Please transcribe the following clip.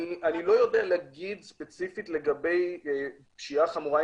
אני לא יודע להגיד ספציפית לגבי פשיעה חמורה,